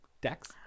Dex